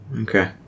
Okay